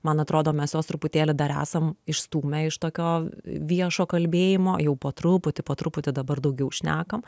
man atrodo mes juos truputėlį dar esam išstūmę iš tokio viešo kalbėjimo jau po truputį po truputį dabar daugiau šnekam